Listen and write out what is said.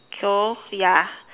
so ya